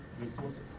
resources